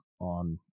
on